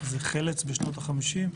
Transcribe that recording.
זאת חלץ בשנות ה-50.